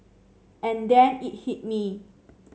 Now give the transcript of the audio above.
and then it hit me